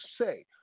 say